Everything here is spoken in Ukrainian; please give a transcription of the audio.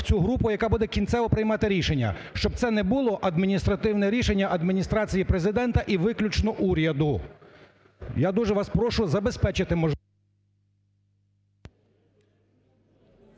цю групу, яка буде кінцево приймати рішення. Щоб це не було адміністративне рішення Адміністрації Президента і виключно уряду. Я дуже вас прошу забезпечити мож…